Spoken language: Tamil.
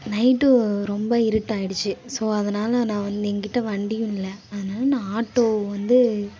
நைட்டு ரொம்ப இருட்டாயிடுச்சி ஸோ அதனால் நான் வந்து என்கிட்ட வண்டியும் இல்லை அதனால் நான் ஆட்டோ வந்து